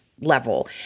level